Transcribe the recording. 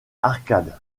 arcade